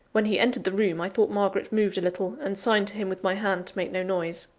when he entered the room, i thought margaret moved a little, and signed to him with my hand to make no noise.